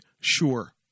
sure